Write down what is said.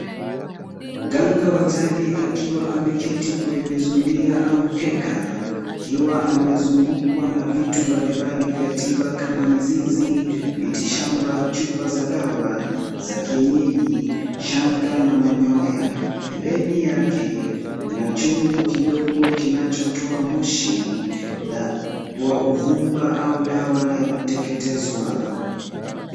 Mganga wa jadi akiwa ameketi kwenye zulia au mkeka akiwa amezungukwa na vitu mbalimbali vya tiba kama mizizi, miti shamba, chupa za dawa za kienyeji, shanga na manyoya . Pembeni yake kuna chungu kidogo kinachotoa moshi wa uvumba au dawa ya kuteketezwa.